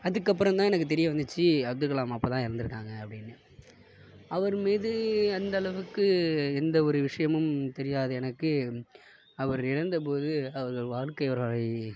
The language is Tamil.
அதுக்கப்றம்தான் எனக்கு தெரிய வந்துச்சு அப்துல் கலாம் அப்போதான் இறந்துருக்காங்க அப்படினு அவர் மீது அந்தளவுக்கு எந்த ஒரு விஷயமும் தெரியாது எனக்கு அவர் இறந்த போது அவர் வாழ்க்கை வரலாறை